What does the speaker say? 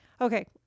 Okay